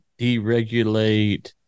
deregulate